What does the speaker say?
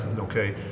Okay